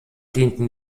dienten